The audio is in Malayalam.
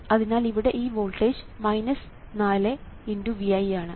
അതിനാൽ ഇവിടെ ഈ വോൾട്ടേജ് 4×Vi ആണ്